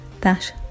dash